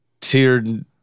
tiered